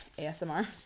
ASMR